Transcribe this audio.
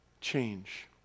change